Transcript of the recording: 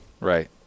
Right